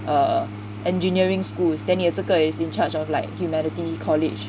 err engineering schools then 你的这个 is in charge of like humanity college